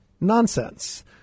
nonsense